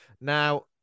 Now